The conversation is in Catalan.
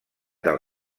del